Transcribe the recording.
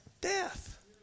Death